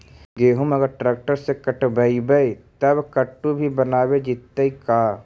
गेहूं अगर ट्रैक्टर से कटबइबै तब कटु भी बनाबे जितै का?